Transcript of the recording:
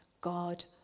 God